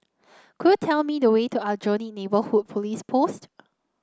could you tell me the way to Aljunied Neighbourhood Police Post